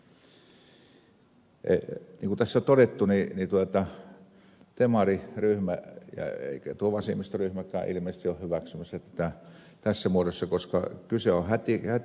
niin kuin tässä on todettu demariryhmä ei eikä tuo vasemmistoryhmäkään ilmeisesti ole hyväksymässä tätä tässä muodossa koska kyse on hätiköinnistä